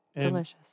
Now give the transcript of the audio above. Delicious